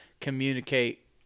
communicate